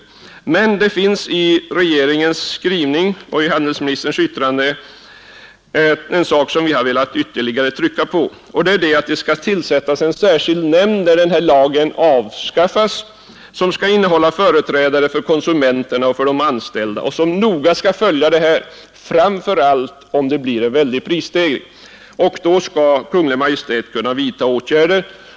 Där finns det också någonting i regeringens skrivning och i handelsministerns yttrande, som vi har velat trycka på, nämligen att när denna lag avskaffas skall det tillsättas en nämnd med företrädare för konsumenterna och de anställda. Den nämnden skall noggrant följa dessa frågor, framför allt om vi får en mycket stark prisstegring. Då skall Kungl. Maj:t kunna vidta åtgärder.